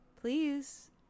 please